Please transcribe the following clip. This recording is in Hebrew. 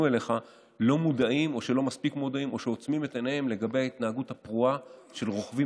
לא הייתי מקל ראש,